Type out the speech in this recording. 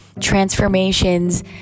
transformations